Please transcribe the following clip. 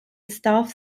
staff